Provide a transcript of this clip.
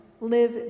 live